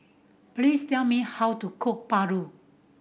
please tell me how to cook paru